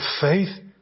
faith